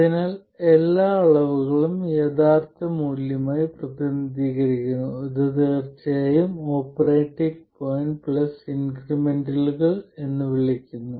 അതിനാൽ എല്ലാ അളവുകളും യഥാർത്ഥ മൂല്യമായി പ്രതിനിധീകരിക്കുന്നു അത് തീർച്ചയായും ഓപ്പറേറ്റിംഗ് പോയിന്റ് പ്ലസ് ഇൻക്രിമെന്റുകൾ എന്ന് വിളിക്കുന്നു